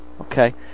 Okay